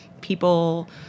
people